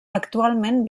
actualment